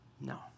No